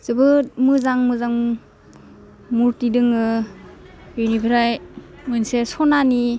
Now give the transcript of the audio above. जोबोद मोजां मोजां मुटि दोङो बेनिफ्राइ मोनसे सनानि